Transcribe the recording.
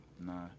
Nah